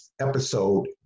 episode